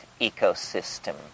ecosystem